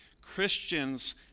Christians